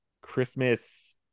Christmas